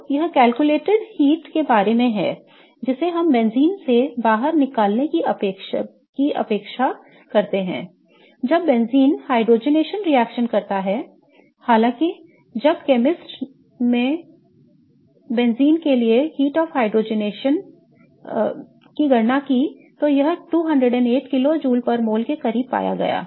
तो यह calculated heat के बारे में है जिसे हम बेंजीन से बाहर निकलने की अपेक्षा करते हैं जब बेंजीन हाइड्रोजनीकरण रिएक्शन करता है हालाँकि जब केमिस्ट में ने बेंजीन के लिए हाइड्रोजनीकरण की ऊष्मा की गणना की तो यह 208 किलो जूल प्रति मोल के करीब पाया गया